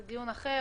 זה דיון אחר.